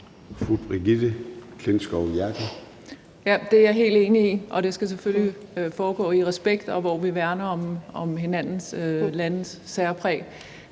Brigitte Klintskov Jerkel (KF): Det er jeg helt enig i, og det skal selvfølgelig foregå med respekt og på en måde, hvor vi værner om hinandens landes særpræg.